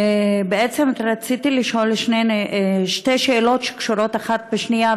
בעצם רציתי לשאול שתי שאלות שקשורות אחת לשנייה,